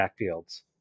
backfields